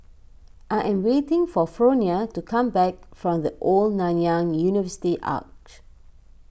I am waiting for Fronia to come back from the Old Nanyang University Arch